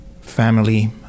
family